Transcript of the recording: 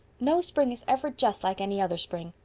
no spring is ever just like any other spring.